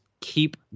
keep